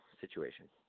situation